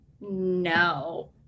no